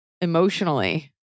emotionally